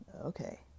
okay